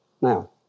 Now